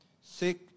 sick